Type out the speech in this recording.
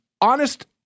honest